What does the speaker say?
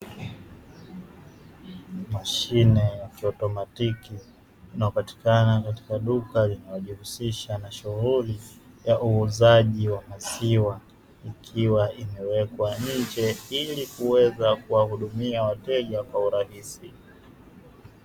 Mashine ya kiautomatiki inayopatikana katika duka linalojuhusisha na shughuli ya uuzaji wa maziwa ikiwa imewekwa nje ili kuweza kuwahudumia wateja kwa urahisi.